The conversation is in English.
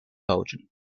belgium